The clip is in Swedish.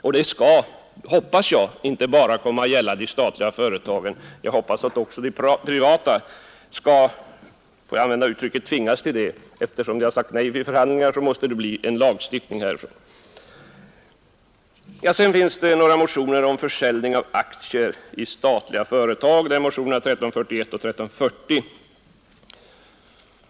Och den skall inte bara komma att gälla de statliga företagen, utan jag hoppas att också de privata företagen skall, om jag får använda uttrycket, ”tvingas” acceptera den — eftersom de har sagt nej vid förhandlingar måste det bli en lagstiftning här. Vidare finns det ett par motioner — motionerna 1341 och 1340 — om försäljning av aktier i statliga företag.